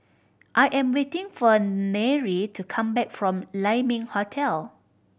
I am waiting for Nery to come back from Lai Ming Hotel